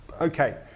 Okay